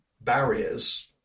barriers